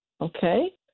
okay